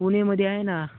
पुण्यामध्ये आहे ना